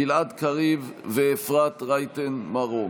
גלעד קריב ואפרת רייטן מרום.